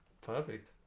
Perfect